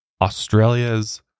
Australia's